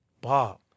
Bob